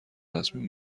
تصمیم